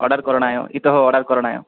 order करणाय इतः order करणाय